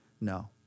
No